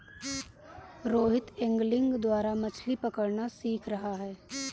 Rohit angling द्वारा मछ्ली पकड़ना सीख रहा है